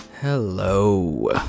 Hello